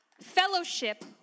fellowship